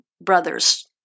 brothers